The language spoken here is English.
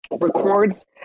records